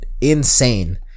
insane